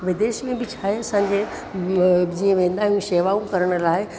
विदेश में बि छा आहे असांजे जीअं वेंदा आहियूं शेवाऊं करण लाइ